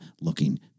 looking